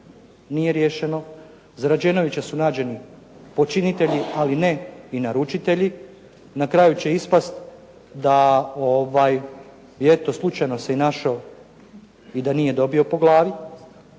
nije riješeno, za Rađenovića su nađeni počinitelji ali ne i naručitelji, na kraju će ispasti da eto slučajno se našao i da nije dobio po glavi.